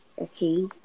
Okay